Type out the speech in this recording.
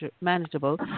manageable